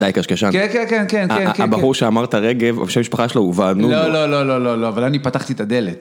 די, קשקשן, כן, כן, כן, כן, כן. הבחור שאמרת רגב, השם המשפחה שלו הוא וענונו. לא, לא, לא, לא, אבל אני פתחתי את הדלת.